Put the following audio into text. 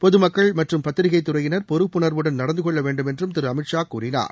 பொதுமக்கள் மற்றும் பத்திரிகை துறையினர் பொறுப்புணர்வுடன் நடந்து கொள்ள வேண்டும் என்றும் திரு அமித் ஷா கூறினார்